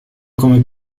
come